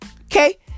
Okay